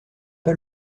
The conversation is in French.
pas